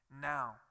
now